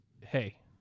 hey